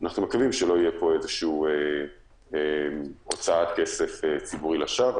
אנחנו מקווים שלא תהיה פה איזשהו הוצאה של כסף ציבורי לשווא.